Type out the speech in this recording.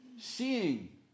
Seeing